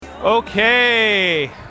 Okay